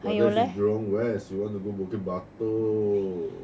but that's in jurong west you want to go bukit batok